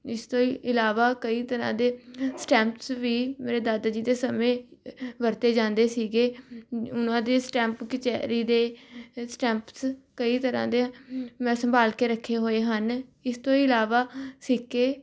ਇਸ ਤੋਂ ਇਲਾਵਾਂ ਕਈ ਤਰ੍ਹਾਂ ਦੇ ਸਟੈਂਪਸ ਵੀ ਮੇਰੇ ਦਾਦਾ ਜੀ ਦੇ ਸਮੇਂ ਵਰਤੇ ਜਾਂਦੇ ਸੀਗੇ ਉਹਨਾਂ ਦੀ ਸਟੈਂਪ ਕਚਿਹਰੀ ਦੇ ਸਟੈਂਪਸ ਕਈ ਤਰ੍ਹਾਂ ਦੇ ਮੈਂ ਸੰਭਾਲ ਕੇ ਰੱਖੇ ਹੋਏ ਹਨ ਇਸ ਤੋਂ ਇਲਾਵਾਂ ਸਿੱਕੇ